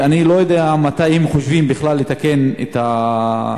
אני לא יודע מתי הם חושבים בכלל לתקן את התקלה,